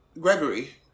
Gregory